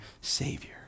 Savior